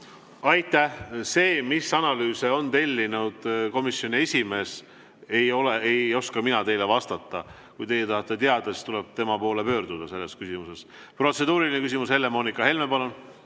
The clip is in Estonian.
Aitäh! Seda, mis analüüse on tellinud komisjoni esimees, ei oska mina teile vastata. Kui te tahate seda teada, siis tuleb tema poole pöörduda. Protseduuriline küsimus, Helle-Moonika Helme, palun!